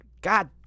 God